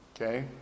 okay